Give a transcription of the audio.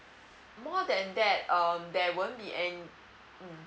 more than that um there won't be an~ um